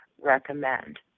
recommend